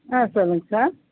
ஆ சொல்லுங்க சார்